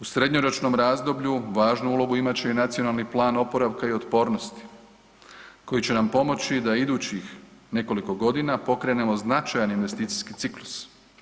U srednjoročnom razdoblju važnu ulogu imat će i Nacionalni plan oporavka i otpornosti koji će nam pomoći da idućih nekoliko godina pokrenemo značajan investicijski ciklus.